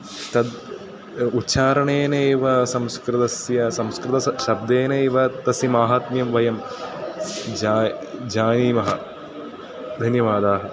तद् उच्चारणेन एव संस्कृतस्य संस्कृतस्य शब्देनैव तस्य माहात्म्यं वयं जा जानीमः धन्यवादाः